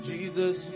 Jesus